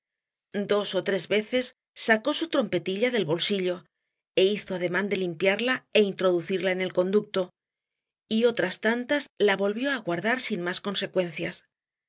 dos ó tres veces sacó su trompetilla del bolsillo é hizo ademán de limpiarla é introducirla en el conducto y otras tantas la volvió á guardar sin más consecuencias